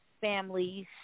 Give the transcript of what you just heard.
families